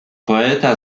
poeta